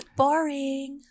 boring